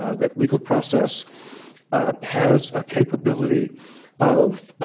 ah that legal process has a capability of